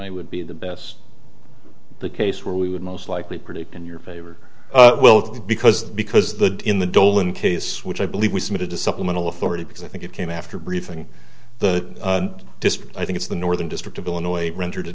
this would be the best the case where we would most likely predict in your favor with because because the in the dolan case which i believe we submitted to supplemental authority because i think it came after briefing the district i think it's the northern district of illinois rendered a